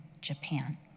Japan